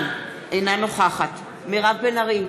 אינה נוכחת מירב בן ארי,